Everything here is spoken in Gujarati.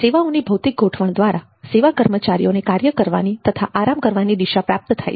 સેવાઓની ભૌતિક ગોઠવણ દ્વારા સેવા કર્મચારીઓને કાર્ય કરવાની તથા આરામ કરવાની દિશા પ્રાપ્ત થાય છે